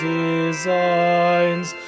designs